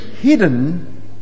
Hidden